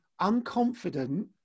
unconfident